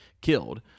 killed